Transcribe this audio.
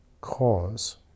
cause